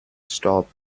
stop